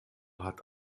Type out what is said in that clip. hat